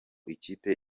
ikipe